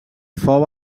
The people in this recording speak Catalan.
fou